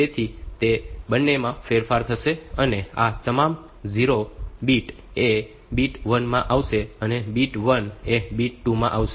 તેથી તે બંનેમાં ફેરફાર થશે અને આ તમામ 0 બીટ એ બીટ 1 માં આવશે અને બીટ 1 એ બીટ 2 માં આવશે